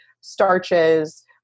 starches